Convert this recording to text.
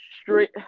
straight